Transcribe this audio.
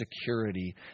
security